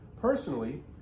Personally